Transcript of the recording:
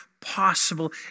possible